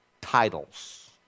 titles